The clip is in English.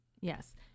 Yes